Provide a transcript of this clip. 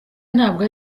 ntabwo